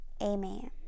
Amen